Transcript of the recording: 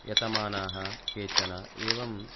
यतमानाः केचन एवं